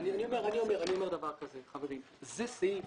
זה סעיף